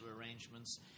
arrangements